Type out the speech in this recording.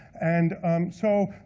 and so